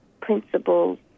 principles